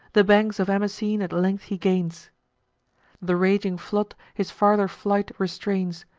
the banks of amasene at length he gains the raging flood his farther flight restrains,